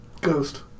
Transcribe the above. Ghost